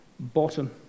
Bottom